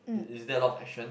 is is there a lot of action